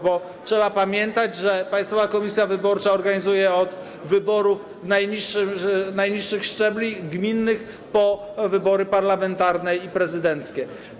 Bo trzeba pamiętać, że Państwowa Komisja Wyborcza organizuje wybory od najniższych szczebli gminnych po wybory parlamentarne i prezydenckie.